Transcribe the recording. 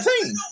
team